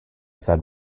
said